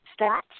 stats